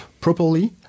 properly